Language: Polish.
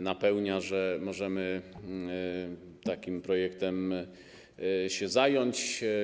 napełnia, że możemy takim projektem się zająć.